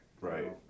Right